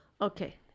Okay